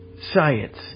science